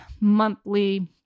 monthly